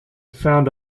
found